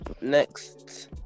Next